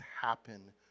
happen